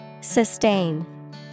Sustain